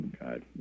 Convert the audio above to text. God